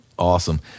Awesome